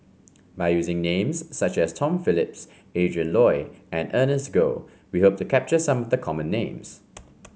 by using names such as Tom Phillips Adrin Loi and Ernest Goh we hope to capture some the common names